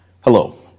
Hello